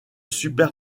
super